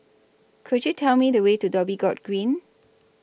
Could YOU Tell Me The Way to Dhoby Ghaut Green